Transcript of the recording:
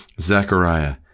Zechariah